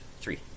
three